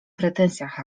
pretensjach